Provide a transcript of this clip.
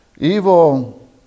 evil